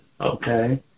okay